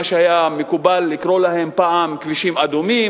מה שהיה מקובל לקרוא פעם "כבישים אדומים",